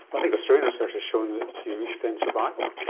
i think australian research has shown that you extend survival.